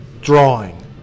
drawing